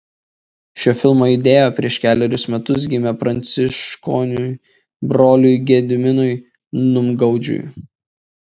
šio filmo idėja prieš kelerius metus gimė pranciškonui broliui gediminui numgaudžiui